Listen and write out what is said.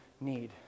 need